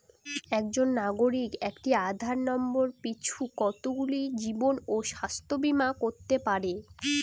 একজন নাগরিক একটি আধার নম্বর পিছু কতগুলি জীবন ও স্বাস্থ্য বীমা করতে পারে?